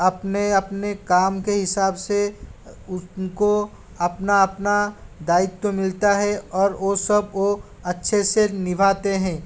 अपने अपने काम के हिसाब से उसको अपना अपना दायित्व मिलता है और ओ सब वो अच्छे से निभाते हैं